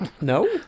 No